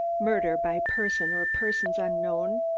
murder by person or persons unknown?